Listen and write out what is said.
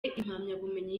impamyabumenyi